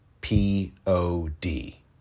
P-O-D